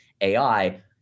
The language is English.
AI